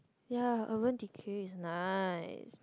yea Urban-Decay is nice